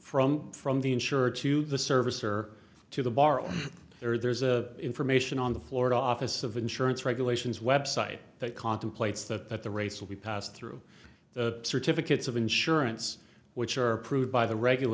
from from the insurer to the service or to the borrower there's a information on the florida office of insurance regulations website that contemplates that the rates will be passed through the certificates of insurance which are approved by the regula